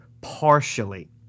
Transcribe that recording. partially